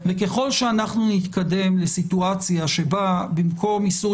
וככל שאנחנו נתקדם לסיטואציה שבה במקום איסור